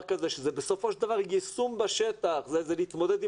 בסופו של דבר מדובר ביישום בשטח והתמודדות